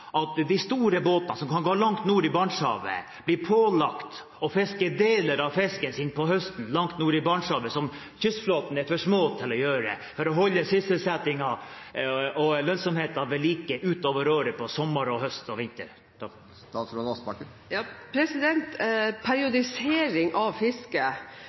gå langt nord i Barentshavet, blir pålagt å fiske deler av fiskekvoten sin på høsten langt nord i Barentshavet – som kystflåten er for liten til å gjøre – for å holde sysselsettingen og lønnsomheten ved like utover året sommer, høst og vinter?